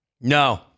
No